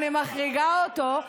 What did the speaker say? אני מחריגה אותו.